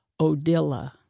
Odila